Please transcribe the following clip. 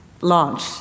launch